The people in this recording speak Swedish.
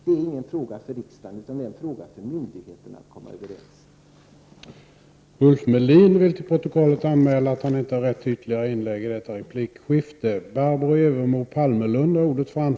Det är ingen fråga för riksdagen, utan det är en fråga som myndigheterna skall komma överens om.